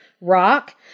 rock